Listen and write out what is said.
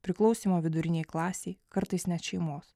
priklausymo vidurinei klasei kartais net šeimos